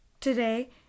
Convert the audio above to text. today